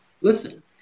listen